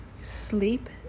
Sleep